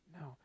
No